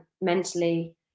mentally